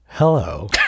hello